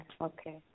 Okay